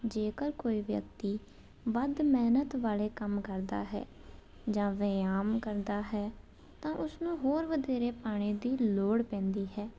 ਜੇਕਰ ਕੋਈ ਵਿਅਕਤੀ ਵੱਧ ਮਿਹਨਤ ਵਾਲੇ ਕੰਮ ਕਰਦਾ ਹੈ ਜਾਂ ਵਿਆਮ ਕਰਦਾ ਹੈ ਤਾਂ ਉਸਨੂੰ ਹੋਰ ਵਧੇਰੇ ਪਾਣੀ ਦੀ ਲੋੜ ਪੈਂਦੀ ਹੈ